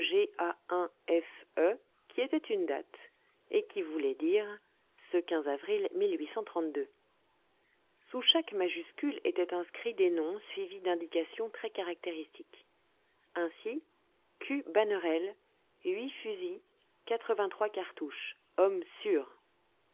a fe qui était une date et qui voulait dire ce avril sous chaque majuscule étaient inscrits des noms suivis d'indications très caractéristiques ainsi q bannerel fusils cartouches homme sûr